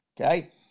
okay